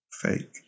Fake